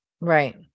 right